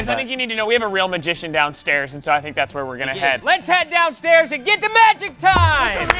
i think you need to know we have a real magician downstairs. and so i think that's where we're going to head. let's head downstairs and get to magic time.